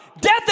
Death